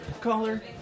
Caller